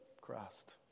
Christ